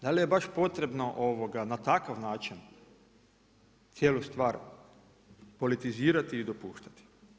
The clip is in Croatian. Da li je baš potrebno na takav način cijelu stvar politizirati i dopuštati?